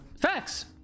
facts